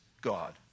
God